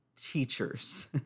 teachers